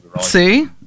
See